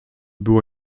było